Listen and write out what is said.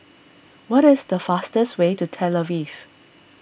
what is the fastest way to Tel Aviv